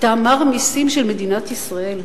אתה מר מסים של מדינת ישראל.